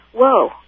whoa